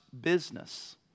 business